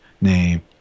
name